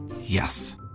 Yes